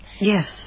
Yes